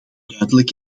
duidelijk